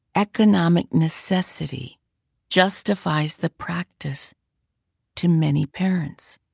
economic necessity justifies the practice to many parents.